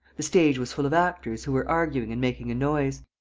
the stage was full of actors who were arguing and making a noise.